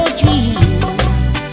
dreams